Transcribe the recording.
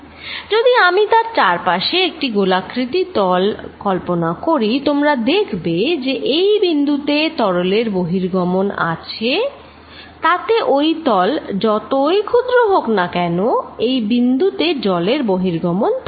যদি আমি তার চারপাশে একটি গোলাকৃতি তল কল্পনা করি তোমরা দেখবে যে এই বিন্দু তে তরলের বহির্গমন আছে তাতে ঐ তল যতই ক্ষুদ্র হোক না কেন এই বিন্দু তে জলের বহির্গমন থাকবে